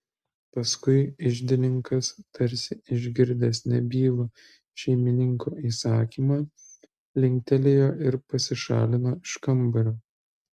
paskui iždininkas tarsi išgirdęs nebylų šeimininko įsakymą linktelėjo ir pasišalino iš kambario